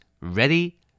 Ready